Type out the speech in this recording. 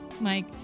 Mike